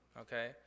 okay